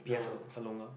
P_S slong~ Salonga